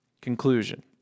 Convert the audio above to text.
Conclusion